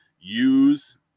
use